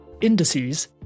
indices